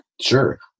sure